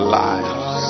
lives